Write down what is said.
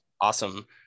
awesome